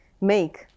make